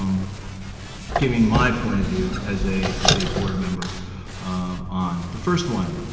um giving my point of view as a as a board member on. the first one,